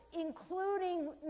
including